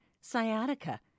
sciatica